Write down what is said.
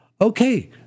okay